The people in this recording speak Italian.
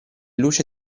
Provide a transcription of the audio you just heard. luce